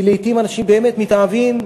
כי לעתים אנשים באמת מתאהבים,